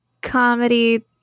comedy